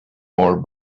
more